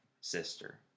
sister